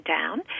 down